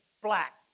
black